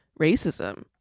racism